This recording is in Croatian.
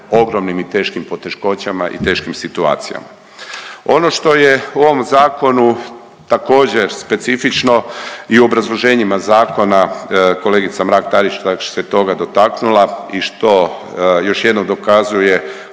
ogromnim i teškim poteškoćama i teškim situacijama. Ono što je u ovom Zakonu također, specifično i u obrazloženjima zakona, kolega Mrak-Taritaš se toga dotaknula i što još jednom dokazuje